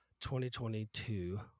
2022